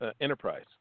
enterprise